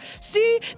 See